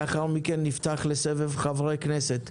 לאחר מכן נפתח לסבב חברי כנסת.